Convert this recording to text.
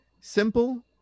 simple